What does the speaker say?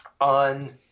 on